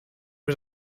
was